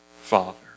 Father